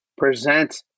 present